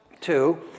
two